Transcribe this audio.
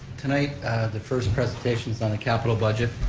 tonight the first presentation's on the capital budget.